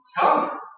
Come